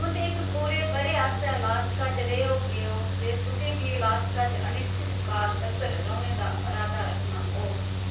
तुस इक पूरे ब'रे आस्तै अलास्का च रेह् होगे ओ ते तुसें गी अलास्का च अनिश्चित काल तक्कर रौह्ने दा अरादा रक्खना होग